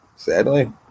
Sadly